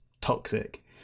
toxic